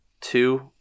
two